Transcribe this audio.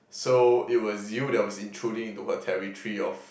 so it was you that was intruding into her territory of